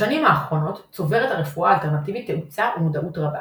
בשנים האחרונות צוברת הרפואה האלטרנטיבית תאוצה ומודעות רבה.